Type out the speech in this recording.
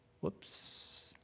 whoops